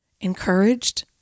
encouraged